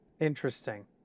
Interesting